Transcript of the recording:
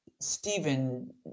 Stephen